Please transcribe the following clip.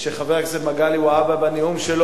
משמיץ פה באופן אישי,